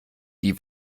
die